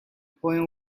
poem